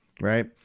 right